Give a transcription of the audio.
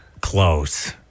Close